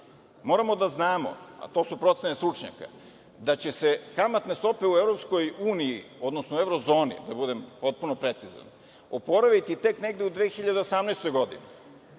moramo da znamo, a to su procene stručnjaka, da će se kamatne stope u EU, odnosno u evrozoni, da budem potpuno precizan, oporaviti tek negde u 2018. godini,